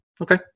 Okay